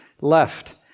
left